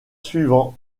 suivant